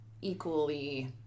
equally